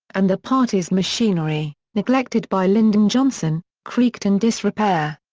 and the party's machinery, neglected by lyndon johnson, creaked in disrepair.